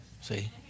See